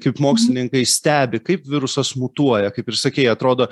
kaip mokslininkai stebi kaip virusas mutuoja kaip ir sakei atrodo